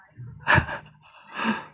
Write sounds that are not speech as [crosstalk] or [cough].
[laughs]